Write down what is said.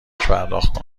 پرداخت